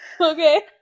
okay